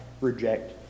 reject